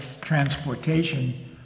transportation